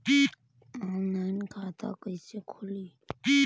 Online खाता कइसे खुली?